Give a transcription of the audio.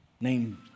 named